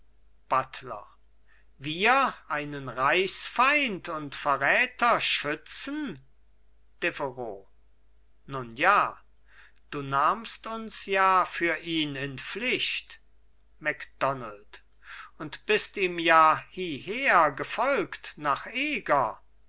buttler wir einen reichsfeind und verräter schützen deveroux nun ja du nahmst uns ja für ihn in pflicht macdonald und bist ihm ja hieher gefolgt nach eger